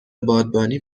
بادبانی